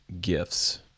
gifts